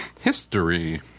History